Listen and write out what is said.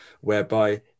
whereby